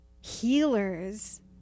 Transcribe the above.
healers